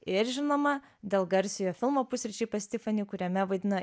ir žinoma dėl garsiojo filmo pusryčiai pas tifanį kuriame vaidina